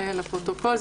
לפרוטוקול,